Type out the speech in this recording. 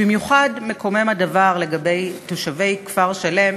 במיוחד מקומם הדבר לגבי תושבי כפר-שלם,